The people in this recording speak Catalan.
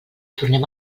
tornem